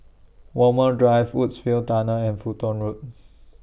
Walmer Drive Woodsville Tunnel and Fulton Road